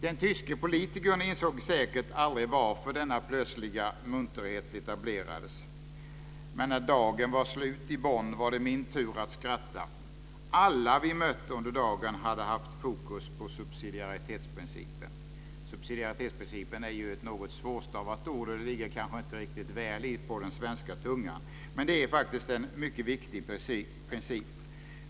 Den tyske politikern insåg säkert aldrig varför denna plötsliga munterhet etablerades. Men när dagen var slut i Bonn var det min tur att skratta. Alla som vi hade mött under dagen hade haft fokus på subsidiaritetsprincipen. Det är ju ett något svårstavat ord, och det ligger kanske inte riktigt väl på den svenska tungan. Men det är faktiskt en mycket viktig princip.